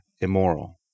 immoral